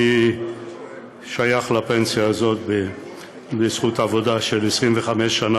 אני שייך לפנסיה הזאת בזכות עבודה של 25 שנה